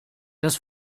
das